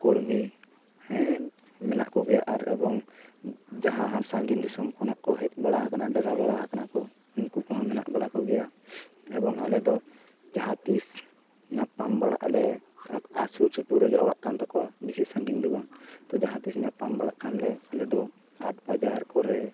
ᱠᱩᱲᱢᱤ ᱦᱮᱸ ᱢᱮᱱᱟᱜ ᱠᱚᱜᱮᱭᱟ ᱟᱨ ᱮᱵᱚᱝ ᱡᱟᱦᱟᱸ ᱥᱟᱺᱜᱤᱧ ᱫᱤᱥᱚᱱ ᱠᱷᱚᱱᱟᱜ ᱠᱚ ᱦᱮᱡ ᱵᱟᱲᱟ ᱟᱠᱟᱱᱟ ᱰᱮᱨᱟ ᱵᱟᱲᱟ ᱟᱠᱟᱱᱟ ᱠᱚ ᱩᱱᱠᱩ ᱠᱚᱦᱚᱸ ᱢᱮᱱᱟᱜ ᱵᱟᱲᱟ ᱠᱚᱜᱮᱭᱟ ᱮᱵᱚᱝ ᱟᱞᱮ ᱫᱚ ᱡᱟᱦᱟᱸᱛᱤᱥ ᱧᱟᱯᱟᱢ ᱵᱟᱲᱟᱜ ᱟᱞᱮ ᱟᱨ ᱥᱩᱨᱥᱩᱯᱩᱨ ᱨᱮᱜᱮ ᱚᱲᱟᱜ ᱠᱟᱱ ᱛᱟᱠᱚᱣᱟ ᱵᱮᱥᱤ ᱥᱟᱺᱜᱤᱧ ᱫᱚ ᱵᱟᱝ ᱛᱚ ᱡᱟᱦᱟᱸᱛᱤᱥ ᱧᱟᱯᱟᱢ ᱵᱟᱲᱟᱜ ᱠᱷᱟᱱ ᱞᱮ ᱟᱞᱮᱫᱚ ᱦᱟᱴ ᱵᱟᱡᱟᱨ ᱠᱚᱨᱮ